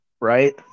right